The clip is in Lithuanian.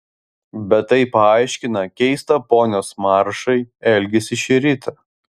bet tai paaiškina keistą ponios maršai elgesį šį rytą